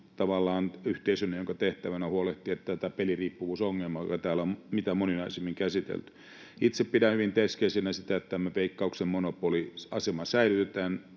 yhteisönä, jonka tehtävänä on huolehtia tästä peliriippuvuusongelmasta, jota täällä on mitä moninaisimmin käsitelty. Itse pidän hyvin keskeisenä sitä, että tämä Veikkauksen monopoliasema säilytetään